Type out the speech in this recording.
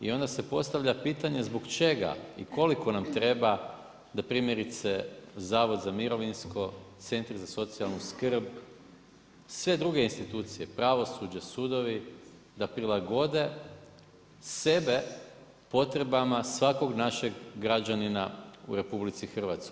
I onda se postavlja pitanje zbog čega i koliko nam treba da primjerice Zavod za mirovinsko, centri za socijalnu skrb, sve druge institucije, pravosuđe, sudovi, da prilagode sebe potrebama svakog našeg građanina u RH.